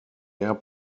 air